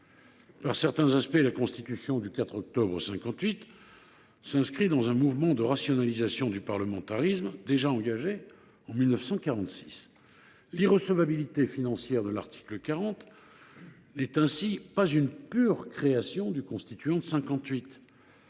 Par certains aspects, la Constitution du 4 octobre 1958 s’inscrit dans un mouvement de rationalisation du parlementarisme déjà engagé en 1946. L’irrecevabilité financière de l’article 40 n’est ainsi pas une pure création du constituant de 1958.